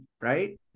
right